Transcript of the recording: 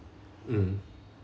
mm